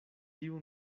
tiu